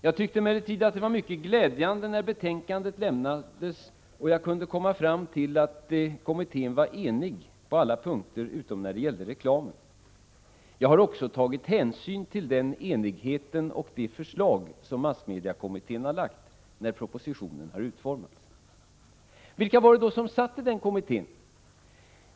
Jag tyckte emellertid att det var mycket glädjande när betänkandet lämnades och jag kunde komma fram till att kommittén var enig på alla punkter utom när det gällde reklamen. Jag har också när propositionen utarbetats tagit hänsyn till den enigheten och de förslag som massmediekommittén har lagt fram. Vilka var det då som ingick i massmediekommittén?